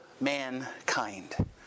mankind